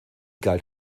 galt